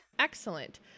Excellent